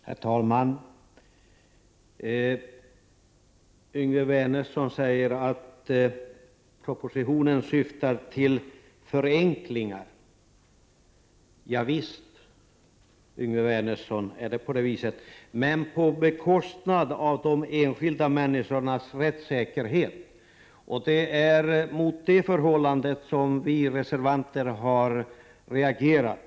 Herr talman! Yngve Wernersson säger att propositionen syftar till förenklingar. Javisst, Yngve Wernersson, är det på det viset. Men det är på bekostnad av de enskilda människornas rättssäkerhet. Det är mot det förhållandet som vi reservanter har reagerat.